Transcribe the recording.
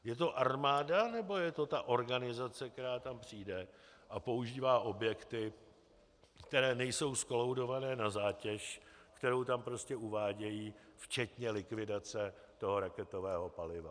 Je to armáda, nebo je to ta organizace, která tam přijde a používá objekty, které nejsou zkolaudované na zátěž, kterou tam prostě uvádějí včetně likvidace toho raketového paliva?